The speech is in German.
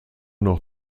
noch